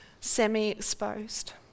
semi-exposed